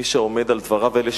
מי שעומד על דבריו אלה,